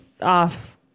off